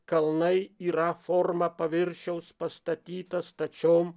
kalnai yra forma paviršiaus pastatyta stačiom